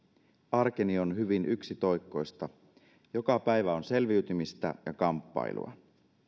arkeni on hyvin yksitoikkoista joka päivä on selviytymistä ja kamppailua